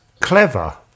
clever